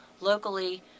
locally